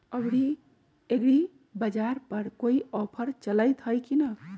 अभी एग्रीबाजार पर कोई ऑफर चलतई हई की न?